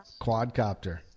quadcopter